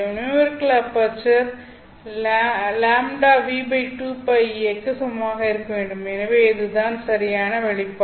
numerical aperture λV2π a க்கு சமமாக இருக்க வேண்டும் எனவே இது தான் சரியான வெளிப்பாடு